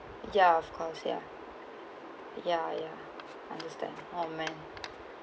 ya of course ya ya ya understand oh man